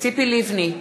ציפי לבני,